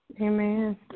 Amen